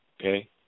okay